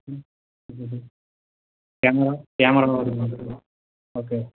ம் hmm camera camera okay